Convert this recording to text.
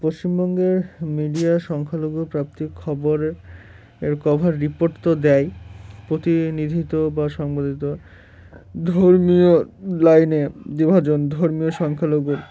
পশ্চিমবঙ্গের মিডিয়া সংখ্যালঘু প্রাপ্তির খবর এর কভার রিপোর্ট তো দেয় প্রতিনিধিত্ব বা সংবধিত ধর্মীয় লাইনে বিভাজন ধর্মীয় সংখ্যালঘু